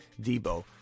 Debo